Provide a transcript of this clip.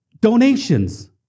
donations